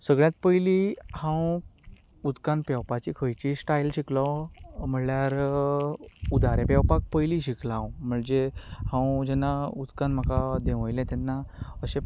सगळ्यांत पयलीं हांव उदकांत पेंवपाची खंयची स्टायल शिकलो म्हणल्यार उदारो पेंवपाक पयलीं शिकलो हांव म्हणजें हांव जेन्ना उदकांत म्हाका देंवयलो तेन्ना अशें